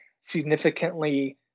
significantly